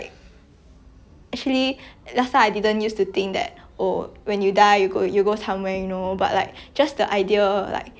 just the idea like 你想到 oh 可能我们我们的亲人还是朋友去世 at least they have somewhere to go to you know